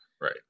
right